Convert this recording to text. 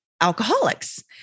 alcoholics